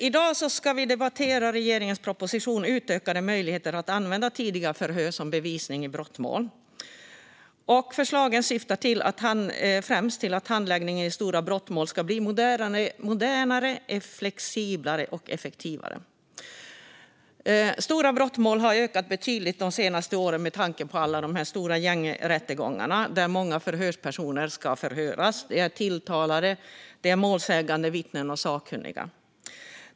I dag ska vi debattera regeringens proposition Utökade möjligheter att använda tidiga förhör . Förslagen syftar främst till att handläggningen i stora brottmål ska bli modernare, flexiblare och effektivare. Antalet stora brottmål har ökat betydligt de senaste åren med tanke på alla de stora gängrättegångarna, där många personer ska förhöras. Det är tilltalade, målsägande, vittnen och sakkunniga.